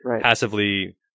passively